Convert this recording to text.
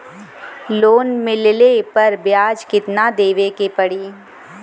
Loan मिलले पर ब्याज कितनादेवे के पड़ी?